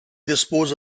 dispose